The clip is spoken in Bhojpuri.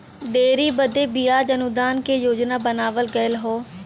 डेयरी बदे बियाज अनुदान के योजना बनावल गएल हौ